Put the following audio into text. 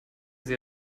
sie